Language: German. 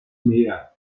mehr